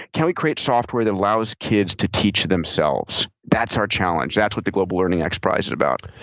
can we create software that allows kids to teach themselves? that's our challenge. that's what the global learning xprize is about.